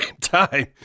time